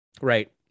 Right